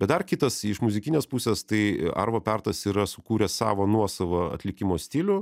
bet dar kitas iš muzikinės pusės tai arvo pertas yra sukūręs savo nuosavą atlikimo stilių